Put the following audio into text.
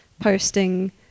posting